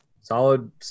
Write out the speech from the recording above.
Solid